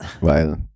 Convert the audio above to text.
weil